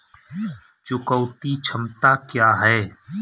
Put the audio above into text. चुकौती क्षमता क्या है?